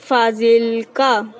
Fazilka